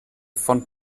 von